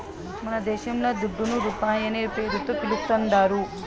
మనదేశంల దుడ్డును రూపాయనే పేరుతో పిలుస్తాందారు